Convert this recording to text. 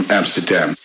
Amsterdam